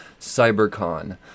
CyberCon